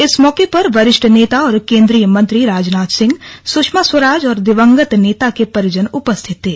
इस मौके पर वरिष्ठ नेता और केन्द्रीय मंत्री राजनाथ सिंह सुषमा स्वराज और दिवंगत नेता के परिजन उपस्थित थे